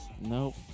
Nope